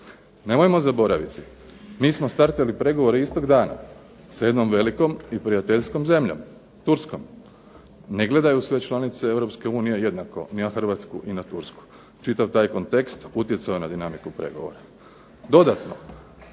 Nemojmo zaboraviti mi smo startali pregovore istog dana sa jednom velikom i prijateljskom zemljom Turskom. Ne gledaju sve članice Europske unije jednako i na Hrvatsku i na Tursku. Čitav taj kontekst utjecao je na dinamiku pregovora.